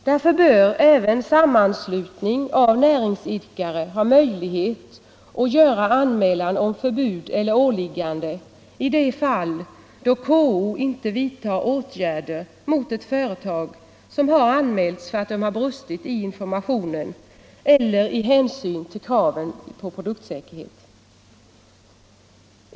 Därför bör sammanslutning av näringsidkare ha möjlighet att göra anmälan om förbud eller åläggande i de fall då KO inte vidtar åtgärder mot ett företag som har anmälts för att det har brustit i information eller i hänsyn till krav om produktsäkerhet.